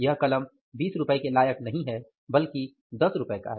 यह कलम 20 रुपये के लायक नहीं है बल्कि 10 रुपये का है